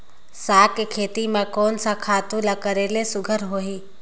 साग के खेती म कोन स खातु ल करेले सुघ्घर होही?